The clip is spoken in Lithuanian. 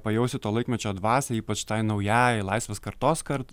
pajausti to laikmečio dvasią ypač tai naujajai laisvės kartos kart